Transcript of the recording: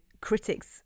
Critics